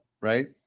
right